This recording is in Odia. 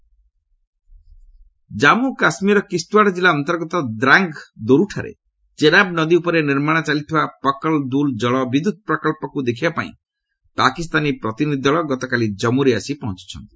ପାକ୍ ଡେଲିଗେସନ୍ ଇଣ୍ଡସ୍ ଜନ୍ମୁ କାଶ୍ମୀରର କିସ୍ତ୍ୱାଡ଼୍ ଜିଲ୍ଲା ଅନ୍ତର୍ଗତ ଦ୍ରାଙ୍ଗ୍ ଦୋରୁଠାରେ ଚେନାବ୍ ନଦୀ ଉପରେ ନିର୍ମାଣ ଚାଲିଥିବା ପକଲ୍ ଦୁଲ୍ ଜଳ ବିଦ୍ୟୁତ୍ ପ୍ରକଳ୍ପକୁ ଦେଖିବାପାଇଁ ପାକିସ୍ତାନୀ ପ୍ରତିନିଧି ଦଳ ଗତକାଲି ଜମ୍ମୁରେ ଆସି ପହଞ୍ଚଛନ୍ତି